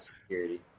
security